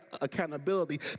accountability